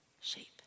shape